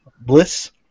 bliss